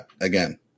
again